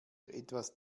etwas